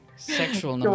Sexual